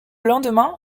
lendemain